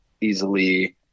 easily